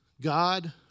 God